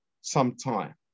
sometime